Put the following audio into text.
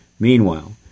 Meanwhile